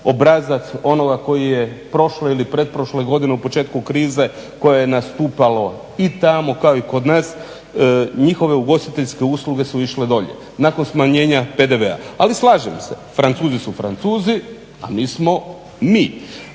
obrazac onoga koji je prošle ili pretprošle godine u početku krize koja je nastupalo i tamo kao i kod nas njihove ugostiteljske usluge su išle dolje, nakon smanjenja PDV-a. Ali slažem se Francuzi su Francuzi, a mi smo mi.